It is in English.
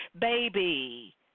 baby